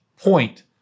point